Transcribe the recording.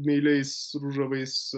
meiliais ružavais